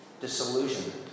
disillusionment